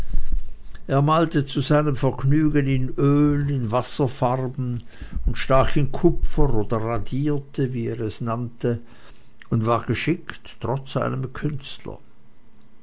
er malte zu seinem vergnügen in öl in wasserfarben und stach in kupfer oder radierte wie er es nannte und war geschickt trotz einem künstler